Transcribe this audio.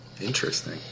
Interesting